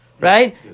Right